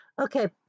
Okay